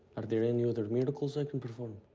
are there any other miracles i can perform?